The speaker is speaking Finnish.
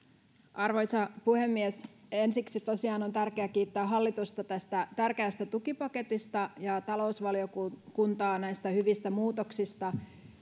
arvoisa puhemies ensiksi tosiaan on tärkeää kiittää hallitusta tästä tärkeästä tukipaketista ja talousvaliokuntaa hyvistä muutoksista